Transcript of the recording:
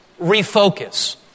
refocus